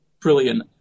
brilliant